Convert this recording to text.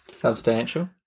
substantial